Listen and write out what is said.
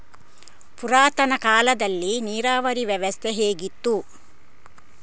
ಪುರಾತನ ಕಾಲದಲ್ಲಿ ನೀರಾವರಿ ವ್ಯವಸ್ಥೆ ಹೇಗಿತ್ತು?